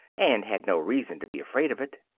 and had no reason to be afraid of it.